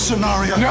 Scenario